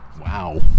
wow